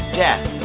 death